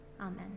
Amen